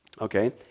Okay